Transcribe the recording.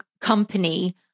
company